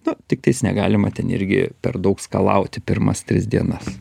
nu tiktais negalima ten irgi per daug skalauti pirmas tris dienas